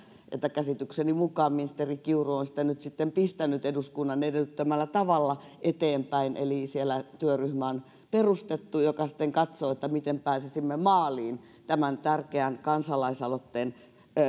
että käsitykseni mukaan ministeri kiuru on sitä nyt sitten pistänyt eduskunnan edellyttämällä tavalla eteenpäin eli siellä on perustettu työryhmä joka sitten katsoo miten pääsisimme maaliin tämän tärkeän kansalaisaloitteen